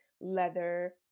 leather